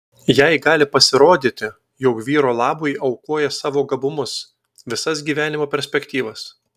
jai gali pasirodyti jog vyro labui aukoja savo gabumus visas gyvenimo perspektyvas